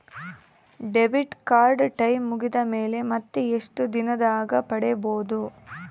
Debit card time ಮುಗಿದ ಮೇಲೆ ಮತ್ತೆ ಎಷ್ಟು ದಿನದಾಗ ಪಡೇಬೋದು?